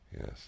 Yes